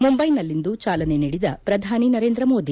ಮುಂಬೈನಲ್ಲಿಂದು ಚಾಲನೆ ನೀಡಿದ ಪ್ರಧಾನಿ ನರೇಂದ್ರ ಮೋದಿ